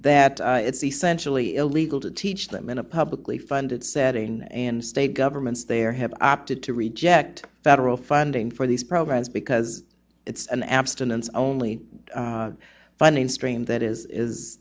that it's essentially illegal to teach them in a publicly funded setting and state governments there have opted to reject federal funding for these programs because it's an abstinence only funding stream that is